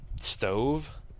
stove